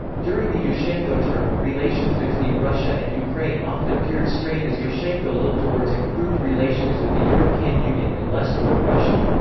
during the yushchenko term, relations between russia and ukraine often appeared strained as yushchenko looked towards improved relations with the european union and less toward russia.